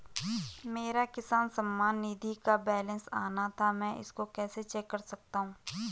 मेरा किसान सम्मान निधि का बैलेंस आना था मैं इसको कैसे चेक कर सकता हूँ?